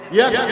yes